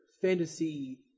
fantasy